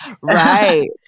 Right